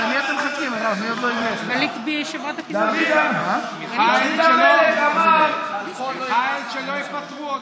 דוד המלך אמר, מיכאל, שלא יפטרו אותך.